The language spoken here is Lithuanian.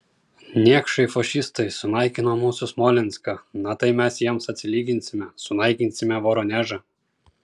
niekšai fašistai sunaikino mūsų smolenską na tai mes jiems atsilyginsime sunaikinsime voronežą